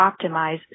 optimize